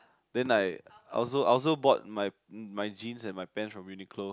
then like I also I also bought my my jeans and my pants from Uniqlo